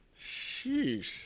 Sheesh